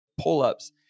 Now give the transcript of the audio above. pull-ups